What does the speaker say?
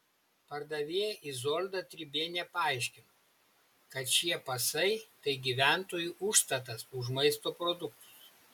pardavėja izolda tribienė paaiškino kad šie pasai tai gyventojų užstatas už maisto produktus